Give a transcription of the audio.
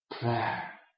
prayer